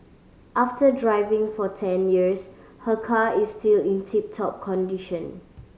after driving for ten years her car is still in tip top condition